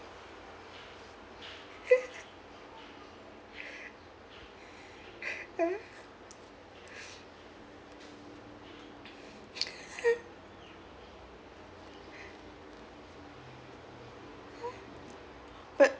but